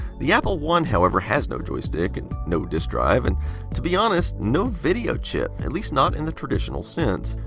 the apple one, however, has no joystick, and no disk drive, and to be honest, no video chip. at least not in the traditional sense.